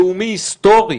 לאומי היסטורי,